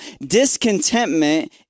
discontentment